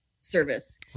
service